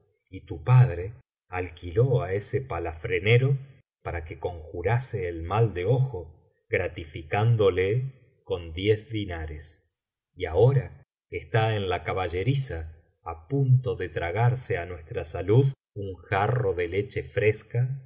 y tu padre alquiló á ese palafranero para que conjurase el mal de ojo gratificándole con diez dinares y ahora está en la caballeriza á punto de tragarse á nuestra salud un jarro de leche fresca